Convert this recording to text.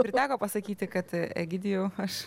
ar teko pasakyti kad egidijau aš